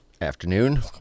afternoon